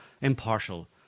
impartial